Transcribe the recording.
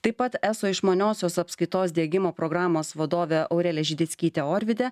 taip pat eso išmaniosios apskaitos diegimo programos vadovė aurelija židickytė orvidė